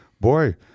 boy